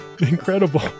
incredible